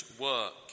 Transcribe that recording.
work